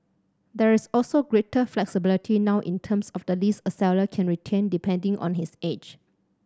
there is also greater flexibility now in terms of the lease a seller can retain depending on his age